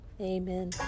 amen